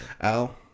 Al